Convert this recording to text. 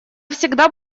всегда